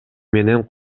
менен